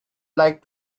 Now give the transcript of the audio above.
like